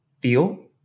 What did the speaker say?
feel